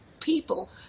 people